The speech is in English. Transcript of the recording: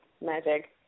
magic